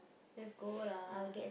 let's go lah